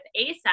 ASAP